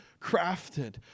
crafted